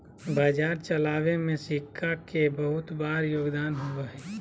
बाजार चलावे में सिक्का के बहुत बार योगदान होबा हई